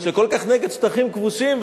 שכל כך נגד שטחים כבושים,